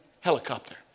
helicopter